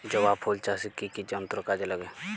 জবা ফুল চাষে কি কি যন্ত্র কাজে লাগে?